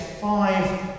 five